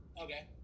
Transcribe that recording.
Okay